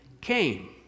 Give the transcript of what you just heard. came